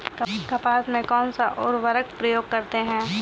कपास में कौनसा उर्वरक प्रयोग करते हैं?